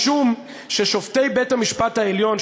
משום ששופטי בית-המשפט העליון,